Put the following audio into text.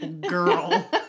Girl